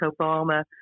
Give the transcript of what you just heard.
Obama